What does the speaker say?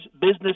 business